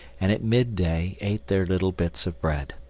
and at midday ate their little bits of bread.